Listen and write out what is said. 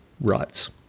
rights